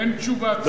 אין תשובת שר.